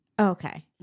Okay